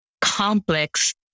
complex